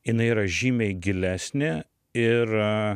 jinai yra žymiai gilesnė ir